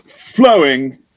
flowing